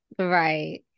Right